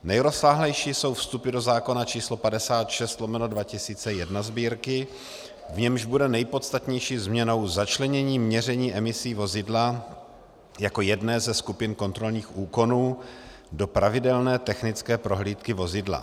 Nejrozsáhlejší jsou vstupy do zákona č. 56/2001 Sb., v němž bude nejpodstatnější změnou začlenění měření emisí vozidla jako jedné ze skupin kontrolních úkonů do pravidelné technické prohlídky vozidla.